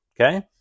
Okay